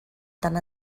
tant